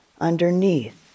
underneath